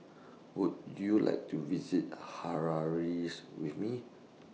Would YOU like to visit Harare with Me